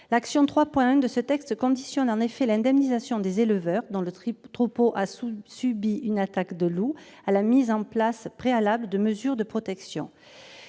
L'action 3.1 de ce plan conditionne en effet l'indemnisation des éleveurs dont le troupeau a subi une attaque de loup à la mise en place préalable de mesures de protection.